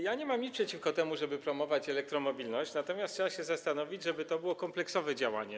Ja nie mam nic przeciwko temu, żeby promować elektromobilność, natomiast trzeba się zastanowić nad tym, żeby to było kompleksowe działanie.